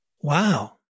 Wow